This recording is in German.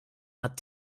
hat